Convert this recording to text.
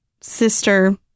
sister